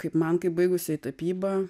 kaip man kaip baigusiai tapybą